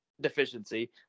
deficiency